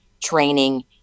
training